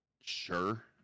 sure